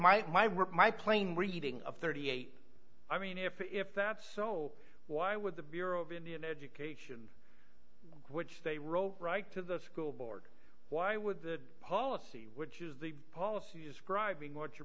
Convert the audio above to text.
work my plane reading up thirty eight i mean if if that's so why would the bureau of indian education which they wrote write to the school board why would the policy which is the policy is scribing what your